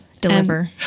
deliver